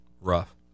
rough